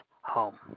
home